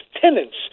tenants